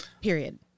Period